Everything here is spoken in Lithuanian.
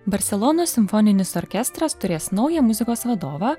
barselonos simfoninis orkestras turės naują muzikos vadovą